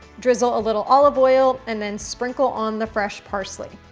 drizzle a little olive oil, and then sprinkle on the fresh parsley.